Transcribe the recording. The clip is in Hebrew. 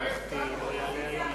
אופוזיציה אחראית.